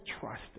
trust